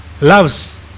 loves